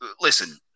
Listen